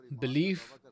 belief